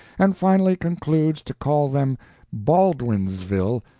and finally concludes to call them baldwinsville,